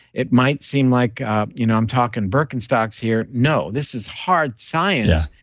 it might seem like ah you know i'm talking birkenstocks here. no, this is hard science.